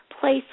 place